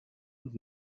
und